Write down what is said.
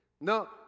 No